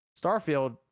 Starfield